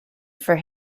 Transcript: for